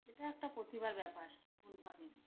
এটা একটা প্রতিভার ব্যাপার টুনটুনি পাখির